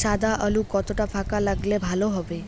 সাদা আলু কতটা ফাকা লাগলে ভালো হবে?